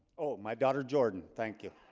oh my daughter jordan? thank you?